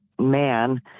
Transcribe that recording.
man